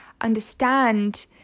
understand